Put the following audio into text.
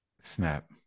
Snap